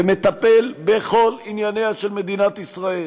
ומטפל בכל ענייניה של מדינת ישראל,